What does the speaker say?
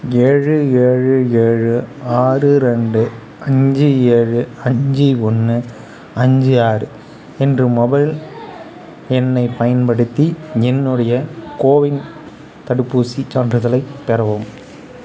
ஏழு ஏழு ஏழு ஆறு ரெண்டு அஞ்சு ஏழு அஞ்சு ஒன்று அஞ்சு ஆறு என்ற மொபைல் எண்ணை பயன்படுத்தி என்னுடைய கோவின் தடுப்பூசிச் சான்றிதழைப் பெறவும்